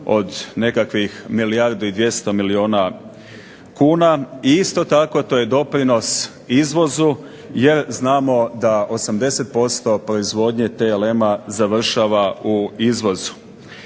od nekakvih milijardu i 200 milijuna kuna i isto tako to je doprinos izvozu jer znamo da 80% proizvodnje TLM-a završava u izvozu.